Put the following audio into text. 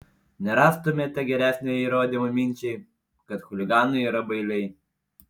nerastumėte geresnio įrodymo minčiai kad chuliganai yra bailiai